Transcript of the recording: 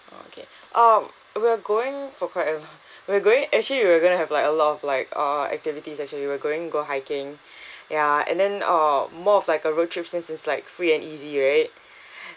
okay um we're going for quite a lot we're going actually we're going to have like a lot of like uh activities actually we're going to go hiking ya and then uh more of like a road trip since it's like free and easy right